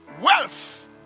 wealth